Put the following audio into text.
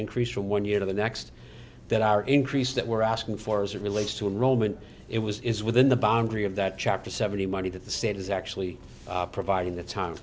increase from one year to the next that our increase that we're asking for as it relates to rome and it was is within the boundary of that chapter seventy money that the state is actually providing that time